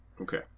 Okay